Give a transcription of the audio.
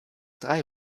drei